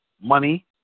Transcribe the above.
money